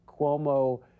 Cuomo